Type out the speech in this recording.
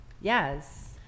Yes